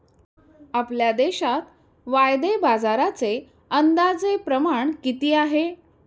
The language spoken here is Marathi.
आपल्या देशात वायदे बाजाराचे अंदाजे प्रमाण किती आहे?